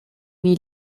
wie